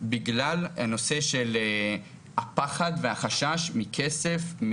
בגלל הנושא של הפחד והחשש מכסף,